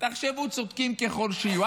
תחשבו שהם צודקים ככל שיהיו,